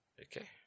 Okay